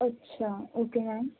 ਅੱਛਾ okay ma'am